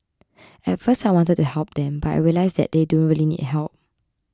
at first I wanted to help them but I realised that they don't really need help